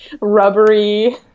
rubbery